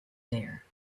there